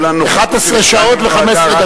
כל הנוכחות שלי כאן, 11 שעות ו-15 דקות.